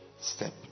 step